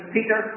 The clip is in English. Peter